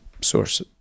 source